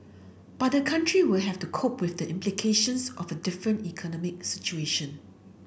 but the country will have to cope with the implications of a different economic situation